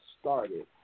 started